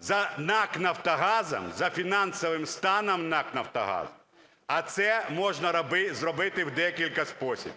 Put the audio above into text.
за НАК "Нафтогазом", за фінансовим станом НАК "Нафтогазу", а це можна зробити в декілька способів.